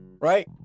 Right